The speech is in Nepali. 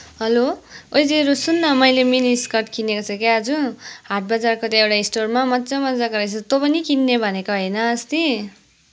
हेलो ओए जेरू सुन न मैले मिनी स्कर्ट किनेको थिएँ कि आज हाटबजारको त्यो एउटा स्टोरमा मज्जा मज्जाको रहेछ तँ पनि किन्ने भनेको होइन अस्ति